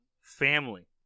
family